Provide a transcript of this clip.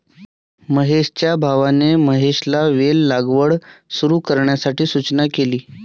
महेशच्या भावाने महेशला वेल लागवड सुरू करण्याची सूचना केली